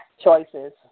choices